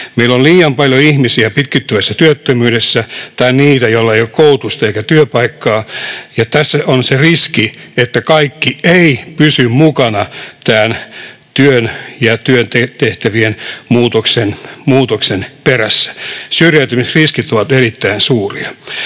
Meillä on liian paljon ihmisiä pitkittyvästi työttöminä tai niitä, joilla ei ole koulutusta eikä työpaikkaa, ja tässä on se riski, että kaikki eivät pysy mukana työn ja työtehtävien muutoksessa. Syrjäytymisriskit ovat erittäin suuria.